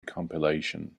compilation